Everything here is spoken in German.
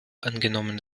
angenommen